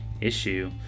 issue